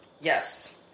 Yes